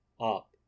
up